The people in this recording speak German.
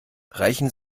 reichen